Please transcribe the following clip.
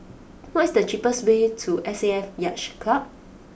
what is the cheapest way to S A F Yacht Club